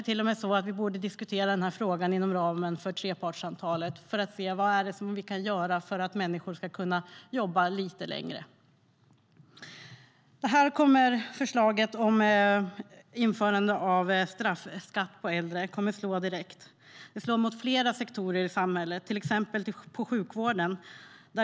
Vi borde kanske diskutera denna fråga inom ramen för trepartssamtalet för att se vad vi kan göra för att människor ska kunna jobba lite längre. Förslaget om införande av straffskatt på äldre kommer att slå direkt mot flera sektorer i samhället, till exempel mot sjukvården.